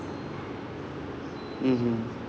mmhmm